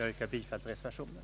Jag yrkar bifall till reservationen.